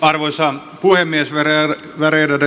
arvoisa puhemies värderade talman